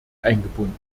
eingebunden